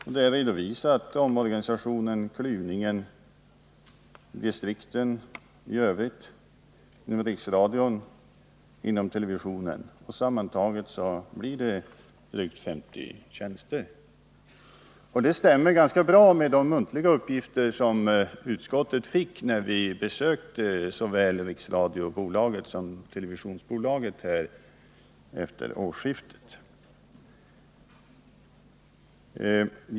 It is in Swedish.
Där redovisas bl.a. omorganisationen, den s.k. klyvningen inom riksradion och inom televisionen. Sammantaget blir det drygt 50 tjänster. Det stämmer ganska bra med de muntliga uppgifter som vi fick när utskottet besökte såväl riksradiobolaget som televisionsbolaget efter årsskiftet.